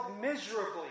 miserably